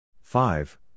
five